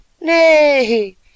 Nay